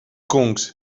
kungs